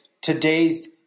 today's